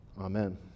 amen